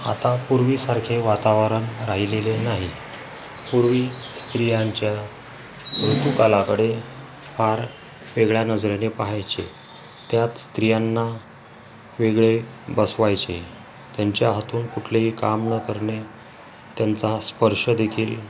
आता पूर्वीसारखे वातावरण राहिलेले नाही पूर्वी स्त्रियांच्या ऋतूकालाकडे फार वेगळ्या नजरेने पाहायचे त्याच स्त्रियांना वेगळे बसवायचे त्यांच्या हातून कुठल्याही काम न करणे त्यांचा स्पर्शदेखील